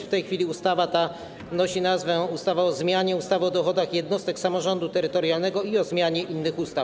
W tej chwili ustawa ta nosi nazwę: ustawa o zmianie ustawy o dochodach jednostek samorządu terytorialnego i o zmianie innych ustaw.